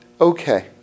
okay